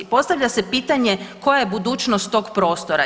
Postavlja se pitanje koja je budućnost tog prostora?